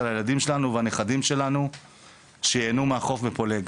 על הילדים שלנו ועל הנכדים שלנו שייהנו מהחוף בפולג.